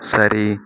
சரி